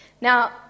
Now